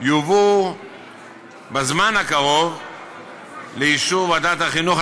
יובאו בזמן הקרוב לאישור ועדת החינוך,